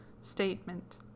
statement